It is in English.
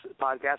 podcast